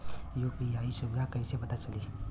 UPI सुबिधा कइसे पता चली?